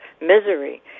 misery